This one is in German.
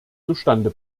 zustande